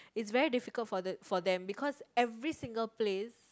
it's very difficult for the for them because every single place